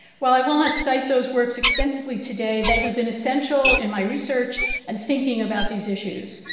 while i will not cite those works extensively today they have been essential in my research and thinking about these issues.